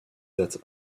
date